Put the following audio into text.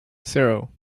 zero